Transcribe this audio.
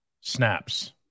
snaps